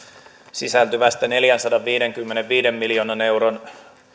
sisältyvästä neljänsadanviidenkymmenenviiden miljoonan euron